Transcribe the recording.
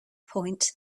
point